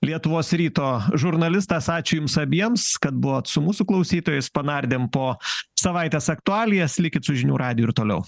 lietuvos ryto žurnalistas ačiū jums abiems kad buvot su mūsų klausytojais panardėm po savaitės aktualijas likit su žinių radiju ir toliau